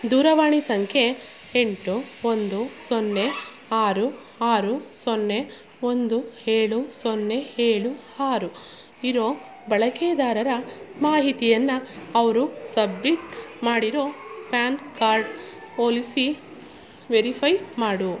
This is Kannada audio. ದೂರವಾಣಿ ಸಂಖ್ಯೆ ಎಂಟು ಒಂದು ಸೊನ್ನೆ ಆರು ಆರು ಸೊನ್ನೆ ಒಂದು ಏಳು ಸೊನ್ನೆ ಏಳು ಆರು ಇರೋ ಬಳಕೆದಾರರ ಮಾಹಿತಿಯನ್ನ ಅವರು ಸಬ್ಬಿಟ್ ಮಾಡಿರೋ ಪ್ಯಾನ್ ಕಾರ್ಡ್ ಹೋಲಿಸಿ ವೆರಿಫೈ ಮಾಡು